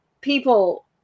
people